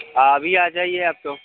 आ अभी आ जाइए आप तो